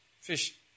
fish